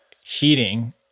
heating